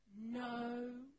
no